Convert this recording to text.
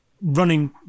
running